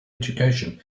education